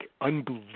Unbelievable